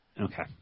Okay